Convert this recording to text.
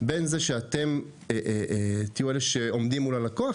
בין זה שאתם תהיו אלה שעומדים מול הלקוח,